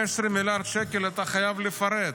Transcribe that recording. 15 מיליארד שקל, אתה חייב לפרט.